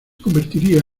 convertiría